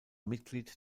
mitglied